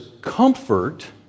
comfort